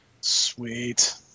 Sweet